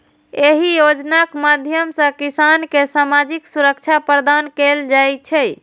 एहि योजनाक माध्यम सं किसान कें सामाजिक सुरक्षा प्रदान कैल जाइ छै